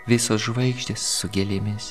visos žvaigždės su gėlėmis